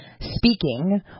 speaking